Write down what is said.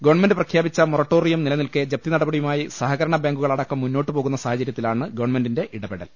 government പ്രഖ്യാ പിച്ചു moratorium നിലനിൽക്കെ ജപ്തിനടപടിയുമായി സഹ കരണ ബാങ്കുകളടക്കം മുന്നോട്ടുപോകുന്ന സാഹചര്യത്തിലാണ് ഗവൺമെന്റിന്റെ ഇടപെടൽ